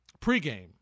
pregame